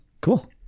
Cool